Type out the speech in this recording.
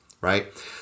Right